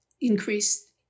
increased